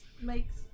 makes